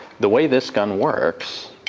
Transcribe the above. the way this gun works,